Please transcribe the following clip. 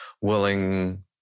willing